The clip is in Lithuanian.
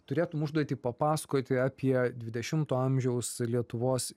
turėtum užduotį papasakoti apie dvidešimto amžiaus lietuvos